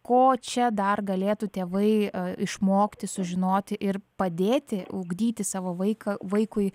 ko čia dar galėtų tėvai išmokti sužinoti ir padėti ugdyti savo vaiką vaikui